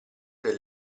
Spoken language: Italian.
del